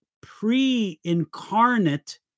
pre-incarnate